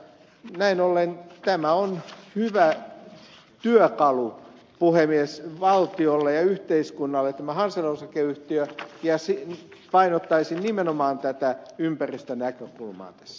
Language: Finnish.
näin ollen tämä on hyvä työkalu puhemies valtiolle ja yhteiskunnalle tämä hansel osakeyhtiö ja painottaisin nimenomaan tätä ympäristönäkökulmaa tässä